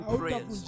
prayers